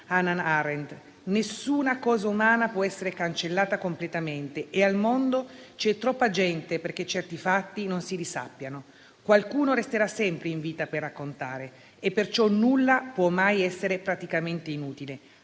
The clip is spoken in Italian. E ancora: «Nessuna cosa umana può essere cancellata completamente e al mondo c'è troppa gente perchè certi fatti non si risappiano: qualcuno resterà sempre in vita per raccontare. E perciò nulla può mai essere praticamente inutile,